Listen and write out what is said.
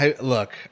look